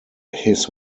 his